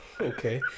okay